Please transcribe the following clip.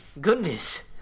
goodness